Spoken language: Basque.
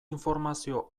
informazio